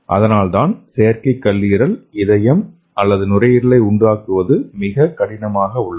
அதனால்தான் செயற்கை கல்லீரல் இதயம் அல்லது நுரையீரலை உருவாக்குவது மிகவும் கடினமாக உள்ளது